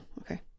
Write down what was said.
Okay